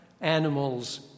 animals